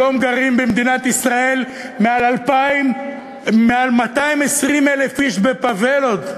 במדינת ישראל היום גרים מעל 220,000 איש בפאבלות,